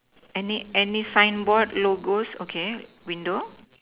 any any signboard logos okay window